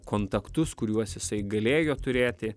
kontaktus kuriuos jisai galėjo turėti